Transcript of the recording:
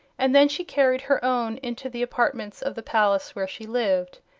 and then she carried her own into the apartments of the palace where she lived.